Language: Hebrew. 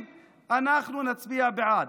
אנחנו נצביע בעד.